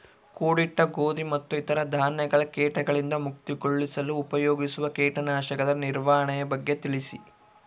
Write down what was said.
ಕೂಡಿಟ್ಟ ಗೋಧಿ ಮತ್ತು ಇತರ ಧಾನ್ಯಗಳ ಕೇಟಗಳಿಂದ ಮುಕ್ತಿಗೊಳಿಸಲು ಉಪಯೋಗಿಸುವ ಕೇಟನಾಶಕದ ನಿರ್ವಹಣೆಯ ಬಗ್ಗೆ ತಿಳಿಸಿ?